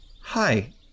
hi